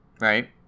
right